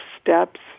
steps